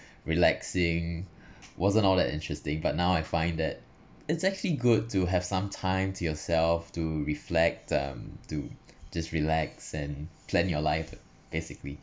relaxing wasn't all that interesting but now I find that it's actually good to have some time to yourself to reflect um to just relax and plan your life basically